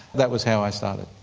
that was how i started.